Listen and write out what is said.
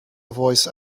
voice